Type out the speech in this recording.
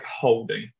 holding